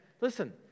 Listen